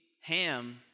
Ham